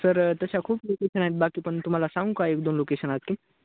sir तशा खूप location आहेत बाकी पण तुम्हाला सांगू का एक दोन लोकेशन आत की